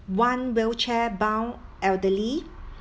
one wheelchair bound elderly